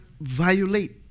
violate